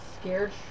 Scared